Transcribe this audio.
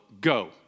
go